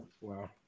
Wow